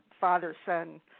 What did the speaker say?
father-son